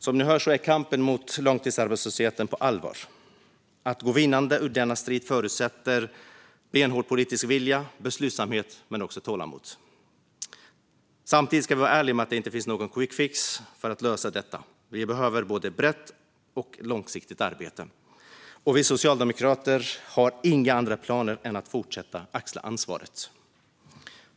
Som ni hör är kampen mot långtidsarbetslösheten på allvar. Att gå vinnande ur denna strid förutsätter benhård politisk vilja, beslutsamhet men också tålamod. Samtidigt ska vi vara ärliga med att det inte finns någon quickfix för att lösa detta. Vi behöver arbeta både brett och långsiktigt. Vi socialdemokrater har inga andra planer än att fortsätta axla ansvaret.